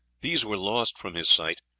these were lost from his sight,